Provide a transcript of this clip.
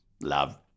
Love